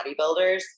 bodybuilders